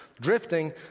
Drifting